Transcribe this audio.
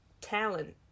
talent